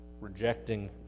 rejecting